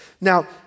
Now